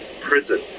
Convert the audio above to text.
prison